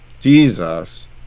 Jesus